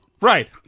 right